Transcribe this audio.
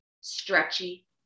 stretchy